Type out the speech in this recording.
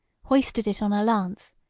hoisted it on a lance,